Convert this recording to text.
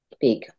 big